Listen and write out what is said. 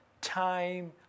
time